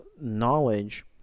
knowledge